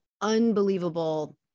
unbelievable